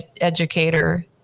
educator